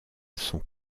sont